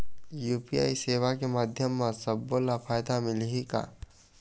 UPI सेवा के माध्यम म सब्बो ला फायदा मिलही का?